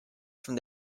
from